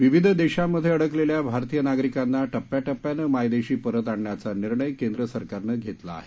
विविध देशांमध्ये अडकलेल्या भारतीय नागरिकांना टप्प्याटप्प्यानं मायदेशी परत आणण्याचा निर्णय केंद्र सरकारनं घेतला आहे